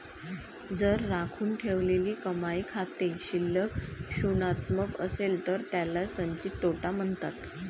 जर राखून ठेवलेली कमाई खाते शिल्लक ऋणात्मक असेल तर त्याला संचित तोटा म्हणतात